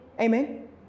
Amen